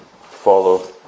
follow